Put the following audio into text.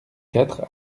quatre